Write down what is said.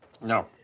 No